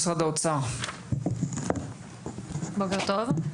בוקר טוב,